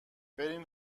برین